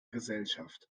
gesellschaft